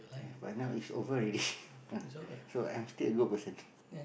ya but now it's over already so I'm still a good person